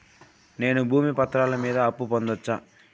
నేను భూమి పత్రాల మీద అప్పు పొందొచ్చా?